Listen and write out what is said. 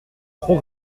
trop